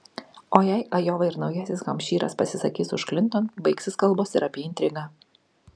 o jei ajova ir naujasis hampšyras pasisakys už klinton baigsis kalbos ir apie intrigą